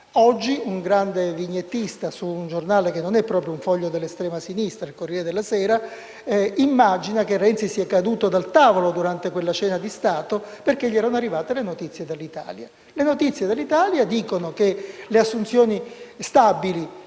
oggi un grande vignettista su un giornale che non è proprio un foglio dell'estrema sinistra, il «Corriere della Sera», immagina che Renzi sia caduto dalla sedia durante quella cena di Stato perché gli erano arrivate le notizie dall'Italia. Le notizie dall'Italia dicono che le assunzioni stabili